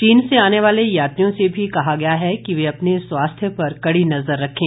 चीन से आने वाले यात्रियों से भी कहा गया है कि वे अपने स्वास्थ्य पर कड़ी नजर रखें